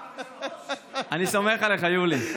אני סומך עליך, יולי.